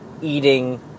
eating